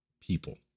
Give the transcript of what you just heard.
people